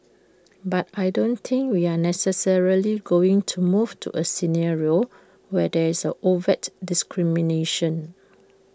but I don't think we are necessarily going to move to A scenario where there is A overt discrimination